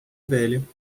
velha